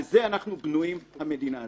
על זה אנחנו בנויים, המדינה הזאת.